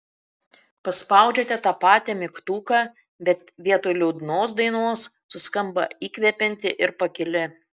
paspaudžiate tą patį mygtuką bet vietoj liūdnos dainos suskamba įkvepianti ir pakili